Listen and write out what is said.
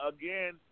again